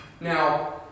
Now